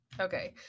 okay